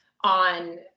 on